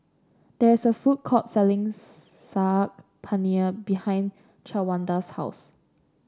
there is a food court selling Saag Paneer behind Shawanda's house